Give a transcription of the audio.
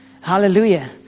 Hallelujah